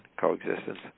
coexistence